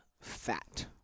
fat